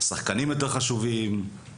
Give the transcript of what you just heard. שחקנים יותר חשובים,